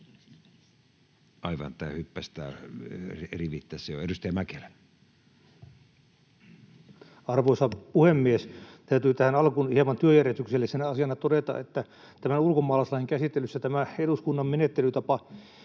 Arvoisa puhemies! Täytyy tähän alkuun hieman työjärjestyksellisenä asiana todeta, että tämän ulkomaalaislain käsittelyssä eduskunnan menettelytapa